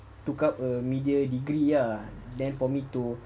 took up a media degree ya then for me to